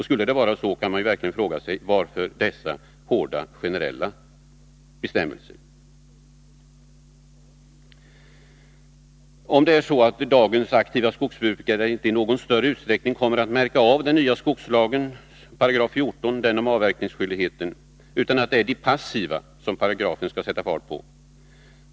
Skulle det verkligen vara så, kan man fråga sig: Varför dessa hårda generella bestämmelser? Är det så att dagens aktiva skogsbrukare inte i någon större utsträckning kommer att märka av den nya skogslagens 14 §, som gäller avverkningsskyldighet, utan det är de passiva paragrafen skall sätta fart på?